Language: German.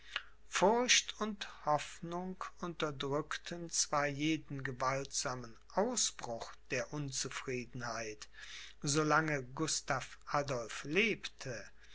furcht und hoffnung unterdrückten zwar jeden gewaltsamen ausbruch der unzufriedenheit so lange gustav adolph lebte